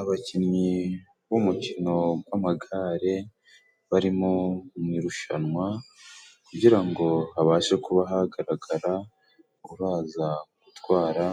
Abakinnyi b'umukino gw'amagare, bari mo mu irushanwa kugira ngo habashe kuba hagaragara uraza gutwara